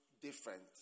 different